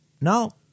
no